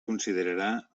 considerarà